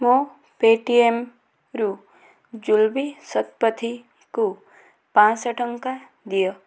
ମୋ ପେଟିଏମ୍ ରୁ ଜୁଲବି ଶତପଥୀ ଙ୍କୁ ପାଞ୍ଚଶହ ଟଙ୍କା ଦିଅ